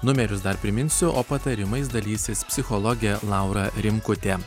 numerius dar priminsiu o patarimais dalysis psichologė laura rimkutė